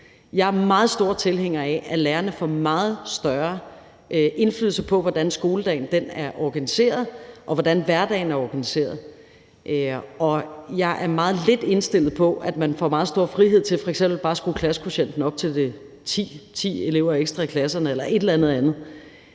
Jeg er meget stor tilhænger af, at lærerne får meget større indflydelse på, hvordan skoledagen er organiseret, og hvordan hverdagen er organiseret. Jeg er meget lidt indstillet på, at man får meget stor frihed til f.eks. bare at skrue klassekvotienten op til ti elever ekstra i klasserne eller et eller andet. Det